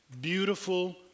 beautiful